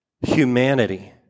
Humanity